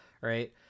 right